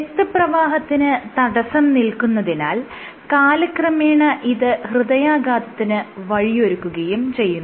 രക്തപ്രവാഹത്തിന് തടസ്സം നിൽക്കുന്നതിനാൽ കാലക്രമേണ ഇത് ഹൃദയാഘാതത്തിന് വഴിയൊരുക്കുകയും ചെയ്യുന്നു